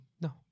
No